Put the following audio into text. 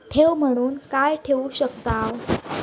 ठेव म्हणून काय ठेवू शकताव?